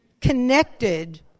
connected